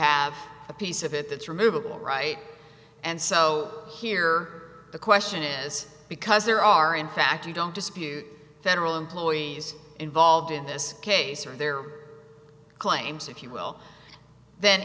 have a piece of it that's removable right and so here the question is because there are in fact you don't dispute federal employees involved in this case or their claims if you will then